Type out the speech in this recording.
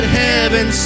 heaven